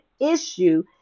issue